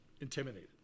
intimidated